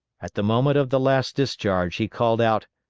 at the moment of the last discharge he called out,